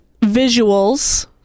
visuals